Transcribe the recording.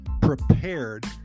prepared